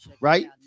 Right